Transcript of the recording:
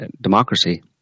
democracy